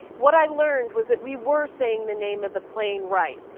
what i learned was that we were saying the name of the plane right.